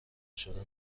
شدن